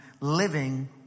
living